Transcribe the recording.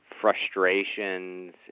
frustrations